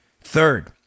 Third